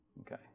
Okay